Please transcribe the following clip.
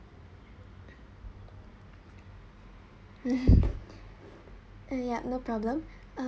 yup no problem um~